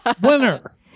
winner